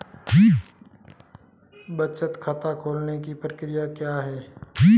बचत खाता खोलने की प्रक्रिया क्या है?